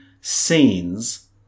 scenes